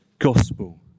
gospel